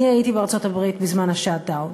אני הייתי בארצות-הברית בזמן ה-shutdown,